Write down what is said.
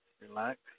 Relax